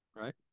Right